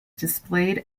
displayed